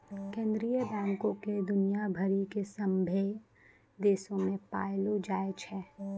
केन्द्रीय बैंको के दुनिया भरि के सभ्भे देशो मे पायलो जाय छै